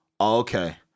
okay